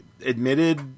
admitted